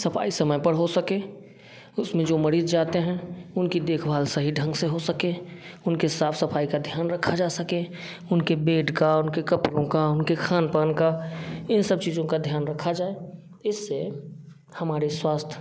सफाई समय पर हो सके उसमें जो मरीज जाते हैं उनकी देखभाल सही ढंग से हो सके उनके साफ सफाई का ध्यान रखा जा सके उनके बेड का उनके कपड़ों का उनके खानपान का इन सब चीज़ों का ध्यान रखा जाए इससे हमारे स्वास्थ्य